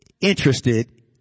interested